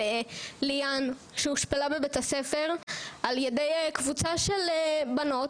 ליאם שהושפלה בבית הספר על-ידי קבוצה של בנות